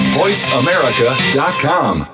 voiceamerica.com